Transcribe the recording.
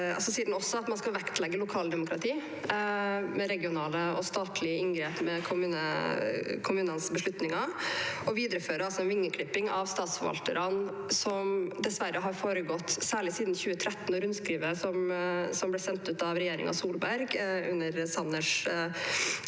– at man skal vektlegge lokaldemokratiet i forbindelse med regionale og statlige inngrep og kommunenes beslutninger. Den viderefører altså en vingeklipping av statsforvalterne som dessverre har foregått særlig siden 2013, med rundskrivet som ble sendt ut av regjeringen Solberg under Sanner